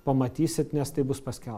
pamatysit nes tai bus paskelbta